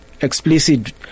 explicit